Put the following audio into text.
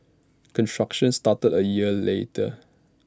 construction started A year later